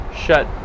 Shut